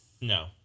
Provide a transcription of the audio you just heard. No